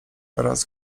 raz